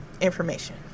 information